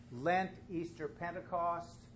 Lent-Easter-Pentecost